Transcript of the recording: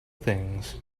things